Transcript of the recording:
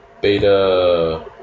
beta